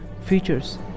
features